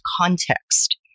context